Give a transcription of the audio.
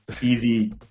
easy